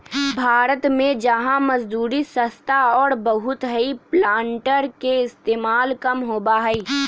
भारत में जहाँ मजदूरी सस्ता और बहुत हई प्लांटर के इस्तेमाल कम होबा हई